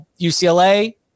UCLA